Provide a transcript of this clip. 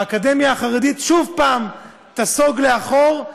האקדמיה החרדית שוב תיסוג לאחור,